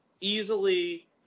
easily